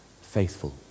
faithful